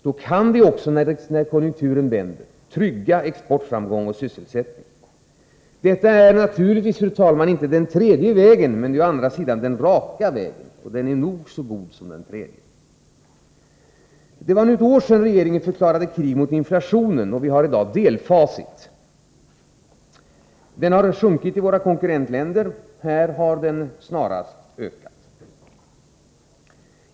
Då kan vi också, när konjunkturen vänder, trygga exportframgång och sysselsättning. Detta är naturligtvis, fru talman, inte den tredje vägen, men det är å andra sidan den raka vägen. Den är nog så god som den tredje. Det har nu gått ett år sedan regeringen förklarade krig mot inflationen, och vi har i dag delfacit. Inflationen har sjunkit i våra konkurrentländer, här har den snarare ökat.